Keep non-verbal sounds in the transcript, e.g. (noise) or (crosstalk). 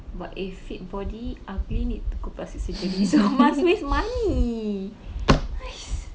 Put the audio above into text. but if fit body ugly need to go plastic surgery so must waste money (noise) !hais!